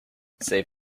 save